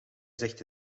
zegt